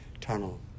tunnel